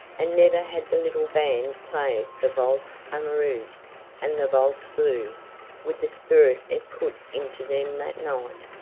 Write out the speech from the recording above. and never had the little band played the valse amoureuse and the valse bleue with the spirit it put into them that night.